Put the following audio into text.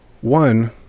One